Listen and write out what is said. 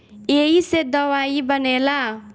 ऐइसे दवाइयो बनेला